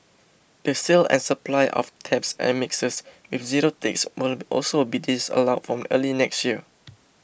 the sale and supply of taps and mixers with zero ticks will also be disallowed from early next year